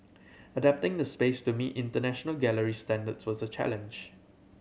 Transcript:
adapting the space to meet international gallery standards was a challenge